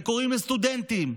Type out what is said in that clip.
וקוראים לסטודנטים,